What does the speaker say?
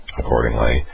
Accordingly